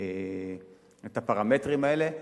הפרמטרים האלה,